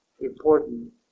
important